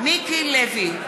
מיקי לוי,